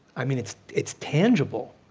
i mean it's it's tangible.